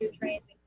trains